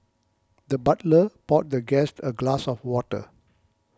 the butler poured the guest a glass of water